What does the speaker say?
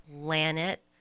planet